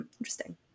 Interesting